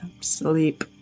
sleep